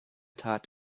tat